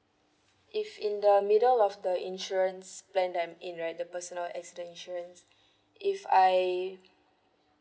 if in the middle of the insurance plan that I'm in right the personal accident insurance if I